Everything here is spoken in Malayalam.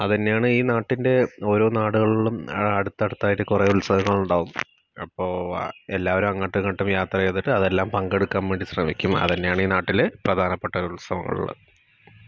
അതു തന്നെയാണ് ഈ നാട്ടിന്റെ ഓരോ നാടുകളിലും അടുത്തടുത്തായിട്ട് കുറേ ഉത്സവങ്ങളുണ്ടാവും അപ്പോൾ എല്ലാവരും അങ്ങോട്ടും ഇങ്ങോട്ടും യാത്രചെയ്തിട്ട് അതെല്ലാം പങ്കെടുക്കുവാന് വേണ്ടി ശ്രമിക്കും അതു തന്നെയാണ് ഈ നാട്ടിൽ പ്രധാനപ്പെട്ട ഉത്സവങ്ങൾ